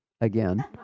Again